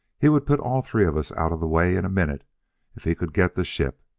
he would put all three of us out of the way in a minute if he could get the ship.